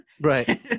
right